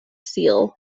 seal